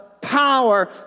power